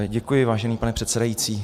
Děkuji, vážený pane předsedající.